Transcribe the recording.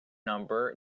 number